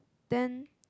then